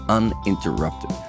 uninterrupted